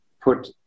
put